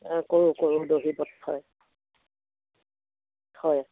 কৰোঁ কৰোঁ দহি বট হয় হয়